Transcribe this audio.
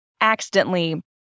accidentally